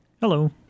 Hello